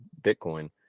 bitcoin